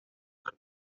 per